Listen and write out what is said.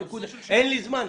אין לי זמן.